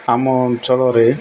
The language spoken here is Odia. ଆମ ଅଞ୍ଚଳରେ